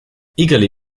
eagerly